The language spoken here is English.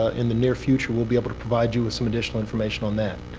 in the near future, we'll be able to provide you with some additional information on that.